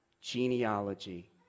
genealogy